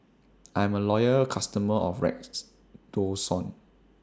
I'm A Loyal customer of Redoxon